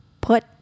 put